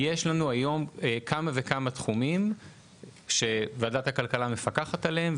יש לנו היום כמה וכמה תחומים שוועדת הכלכלה מפקחת עליהם,